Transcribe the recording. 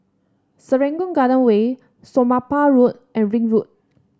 Serangoon Garden Way Somapah Road and Ring Road